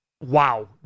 wow